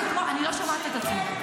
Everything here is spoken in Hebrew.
אני לא שומעת את עצמי.